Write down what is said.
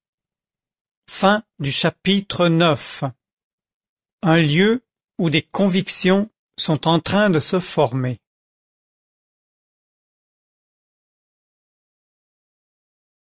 chapitre ix un lieu où des convictions sont en train de se former